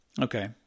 Okay